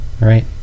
right